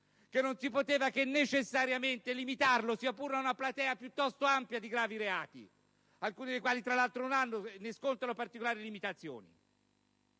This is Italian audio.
che non si poteva che necessariamente limitarlo, sia pure a una platea piuttosto ampia di gravi reati, alcuni dei quali tra l'altro non riscontrano particolari limitazioni.